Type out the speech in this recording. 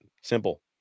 Simple